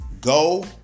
go